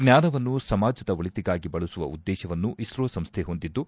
ಜ್ಞಾನವನ್ನು ಸಮಾಜದ ಒಳಿತಿಗಾಗಿ ಬಳಸುವ ಉದ್ದೇಶವನ್ನು ಇಸ್ತೊ ಸಂಶೈ ಹೊಂದಿದ್ದು